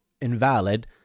invalid